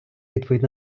відповідь